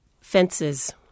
Fences